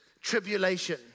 tribulation